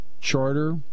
charter